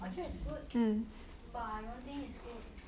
orcahrd is good but I don't think it's good